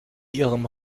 ihren